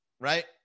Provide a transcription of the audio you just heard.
Right